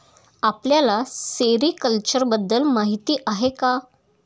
आपल्याला सेरीकल्चर बद्दल माहीती आहे का?